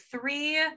three